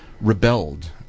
rebelled